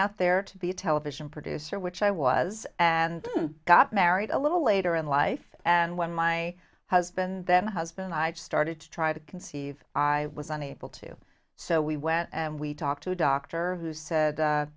out there to be a television producer which i was and got married a little later in life and when my husband then husband i just started to try to conceive i was unable to so we went and we talked to a doctor who said